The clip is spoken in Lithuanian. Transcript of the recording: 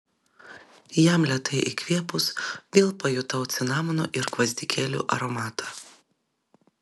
jam lėtai įkvėpus vėl pajutau cinamono ir gvazdikėlių aromatą